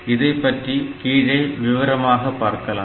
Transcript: இதைப்பற்றி கீழே விவரமாக பார்க்கலாம்